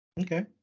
Okay